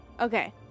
Okay